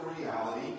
reality